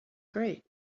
great